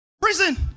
Prison